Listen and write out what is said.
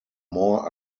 more